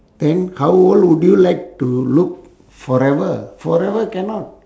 then how old would you like to look forever forever cannot